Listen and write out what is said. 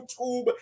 YouTube